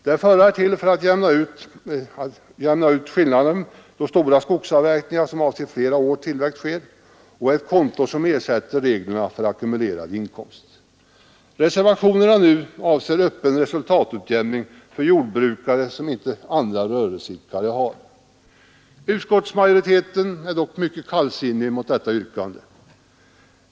Det förra är till för att jämna ut skillnaden, då stora skogsavverkningar som avser flera års tillväxt sker, och är ett konto som ersätter reglerna om ackumulerad inkomst. Reservationen nu avser en öppen resultatutjämning för jordbrukare som inte andra rörelseidkare har. Utskottsmajoriteten är dock mycket kallsinnig mot detta yrkande.